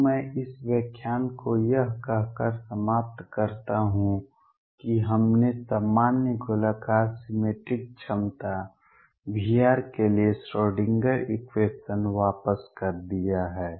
तो मैं अभी इस व्याख्यान को यह कहकर समाप्त करता हूं कि हमने सामान्य गोलाकार सिमेट्रिक क्षमता V के लिए श्रोडिंगर इक्वेशन वापस कर दिया है